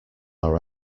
are